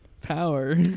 Power